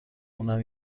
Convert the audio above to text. اونم